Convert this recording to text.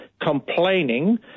complaining